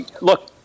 look